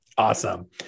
Awesome